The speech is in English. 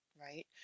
right